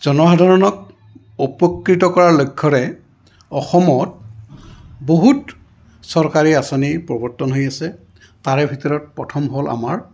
জনসাধাৰণক উপকৃত কৰাৰ লক্ষ্যৰে অসমত বহুত চৰকাৰী আঁচনি প্ৰৱৰ্তন হৈ আছে তাৰে ভিতৰত প্ৰথম হ'ল আমাৰ